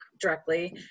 directly